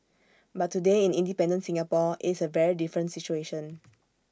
but today in independent Singapore IT is A very different situation